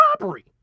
Robbery